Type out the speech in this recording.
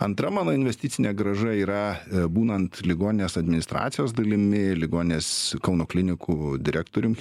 antra mano investicinė grąža yra būnant ligoninės administracijos dalimi ligoninės kauno klinikų direktorium